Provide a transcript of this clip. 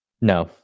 No